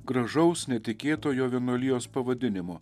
gražaus netikėto jo vienuolijos pavadinimo